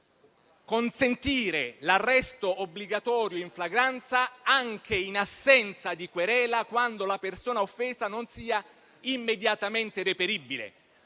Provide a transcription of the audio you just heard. consentire l'arresto obbligatorio in flagranza anche in assenza di querela, quando la persona offesa non sia immediatamente reperibile;